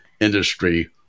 industry